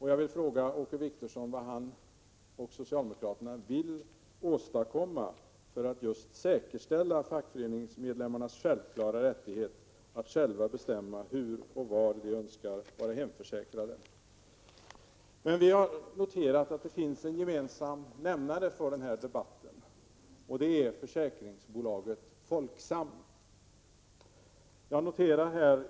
Jag vill fråga Åke Wictorsson vad han och socialdemokraterna vill åstadkomma för att just säkerställa fackföreningsmedlemmarnas självklara rätt att själva bestämma hur och var de önskar teckna sin hemförsäkring. Vi har noterat att det finns en gemensam nämnare för den här debatten och det är försäkringsbolaget Folksam.